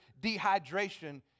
dehydration